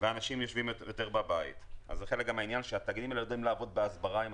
ואנשים יושבים יותר בבית התאגידים האלה יודעים לעבוד בהסברה לציבור.